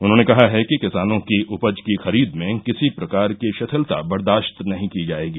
उन्होंने कहा है कि किसानों की उपज की खरीद में किसी प्रकार की शिथिलता बर्दाश्त नही की जायेगी